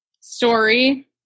story